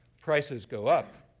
prices go up,